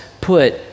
put